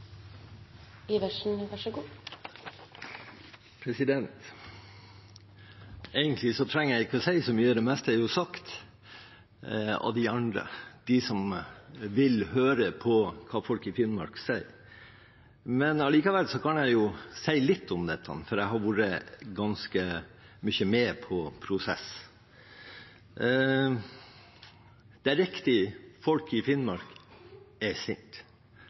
sagt av de andre – de som vil høre på hva folk i Finnmark sier. Men allikevel kan jeg si litt om dette, for jeg har vært ganske mye med på prosessen. Det er riktig: Folk i Finnmark er